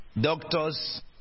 Doctors